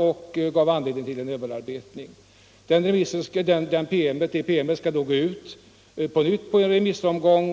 Denna promemoria skall i sin tur sändas ut på remiss,